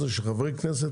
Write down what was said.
היא שחברי כנסת